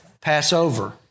Passover